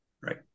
right